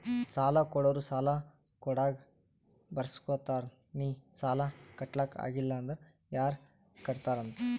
ಸಾಲಾ ಕೊಡೋರು ಸಾಲಾ ಕೊಡಾಗ್ ಬರ್ಸ್ಗೊತ್ತಾರ್ ನಿ ಸಾಲಾ ಕಟ್ಲಾಕ್ ಆಗಿಲ್ಲ ಅಂದುರ್ ಯಾರ್ ಕಟ್ಟತ್ತಾರ್ ಅಂತ್